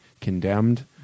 condemned